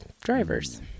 drivers